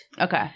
Okay